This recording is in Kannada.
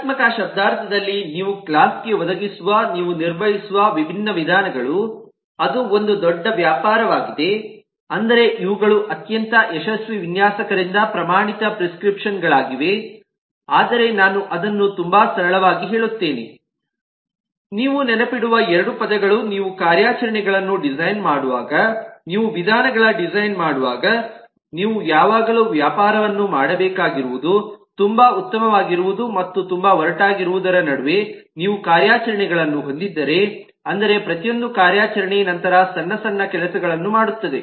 ಕ್ರಿಯಾತ್ಮಕ ಶಬ್ದಾರ್ಥದಲ್ಲಿ ನೀವು ಕ್ಲಾಸ್ ಗೆ ಒದಗಿಸುವ ನೀವು ನಿರ್ವಹಿಸುವ ವಿಭಿನ್ನ ವಿಧಾನಗಳು ಅದು ಒಂದು ದೊಡ್ಡ ವ್ಯಾಪಾರವಾಗಿದೆ ಅಂದರೆ ಇವುಗಳು ಅತ್ಯಂತ ಯಶಸ್ವಿ ವಿನ್ಯಾಸಕರಿಂದ ಪ್ರಮಾಣಿತ ಪ್ರಿಸ್ಕ್ರಿಪ್ಷನ್ ಗಳಾಗಿವೆ ಆದರೆ ನಾನು ಅದನ್ನು ತುಂಬಾ ಸರಳವಾಗಿ ಹೇಳುತ್ತೇನೆ ನೀವು ನೆನಪಿಡುವ ಎರಡು ಪದಗಳು ನೀವು ಕಾರ್ಯಾಚರಣೆಗಳನ್ನು ಡಿಸೈನ್ ಮಾಡುವಾಗ ನೀವು ವಿಧಾನಗಳನ್ನು ಡಿಸೈನ್ ಮಾಡುವಾಗ ನೀವು ಯಾವಾಗಲೂ ವ್ಯಾಪಾರವನ್ನು ಮಾಡಬೇಕಾಗಿರುವುದು ತುಂಬಾ ಉತ್ತಮವಾಗಿರುವುದು ಮತ್ತು ತುಂಬಾ ಒರಟಾಗಿರುವುದರ ನಡುವೆ ನೀವು ಕಾರ್ಯಾಚರಣೆಗಳನ್ನು ಹೊಂದಿದ್ದರೆ ಅಂದರೆ ಪ್ರತಿಯೊಂದು ಕಾರ್ಯಾಚರಣೆ ನಂತಹ ಸಣ್ಣ ಸಣ್ಣ ಕೆಲಸಗಳನ್ನು ಮಾಡುತ್ತದೆ